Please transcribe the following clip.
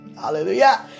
Hallelujah